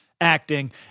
acting